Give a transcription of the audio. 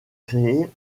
créés